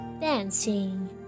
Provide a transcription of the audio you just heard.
dancing